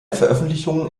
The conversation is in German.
veröffentlichungen